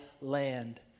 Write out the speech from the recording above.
land